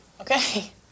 Okay